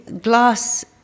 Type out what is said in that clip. Glass